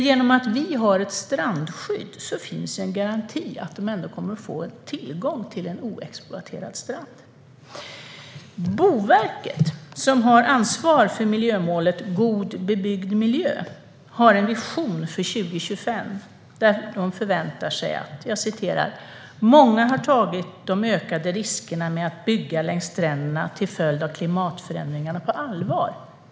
Genom att vi har ett strandskydd finns det en garanti för att djur och växter kommer att få tillgång till en oexploaterad strand. Boverket, som har ansvar för miljömålet God bebyggd miljö, skriver i sin vision för 2025: Många har tagit de ökade riskerna med att bygga längs stränderna till följd av klimatförändringar på allvar.